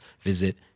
visit